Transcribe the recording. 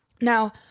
Now